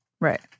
right